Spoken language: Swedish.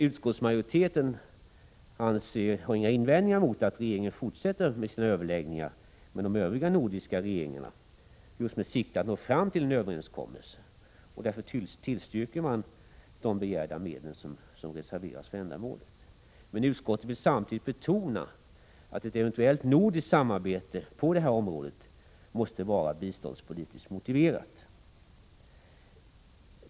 Utskottsmajoriteten har emellertid ingen invändning mot att regeringen fortsätter sina överläggningar med de övriga nordiska regeringarna med sikte att nå fram till en överenskommelse, och därför tillstyrker man att de begärda medlen reserveras för ändamålet. Men utskottet vill samtidigt betona att ett eventuellt nordiskt samarbete på detta område måste vara biståndspolitiskt motiverat.